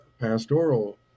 pastoral